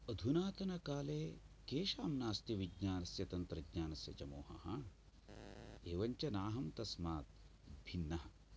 अधुनातनकाले केषां नास्ति विज्ञानस्य तन्त्रज्ञानस्य च मोहः एवं च नाहं तस्मात् भिन्नः